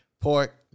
pork